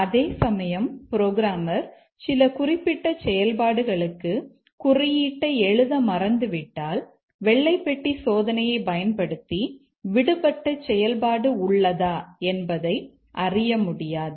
அதேசமயம் புரோகிராமர் சில குறிப்பிட்ட செயல்பாடுகளுக்கு குறியீட்டை எழுத மறந்துவிட்டால் வெள்ளை பெட்டி சோதனையைப் பயன்படுத்தி விடுபட்ட செயல்பாடு உள்ளதா என்பதை அறிய முடியாது